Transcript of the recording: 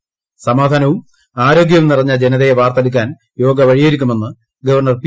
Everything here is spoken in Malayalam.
്സമാധാനവും ്ആരോഗൃവും നിറഞ്ഞ ജനതയെ വാർത്തെടുക്കാൻ യോഗ വഴിയൊരുക്കുമെന്ന് ഗവർണർ പി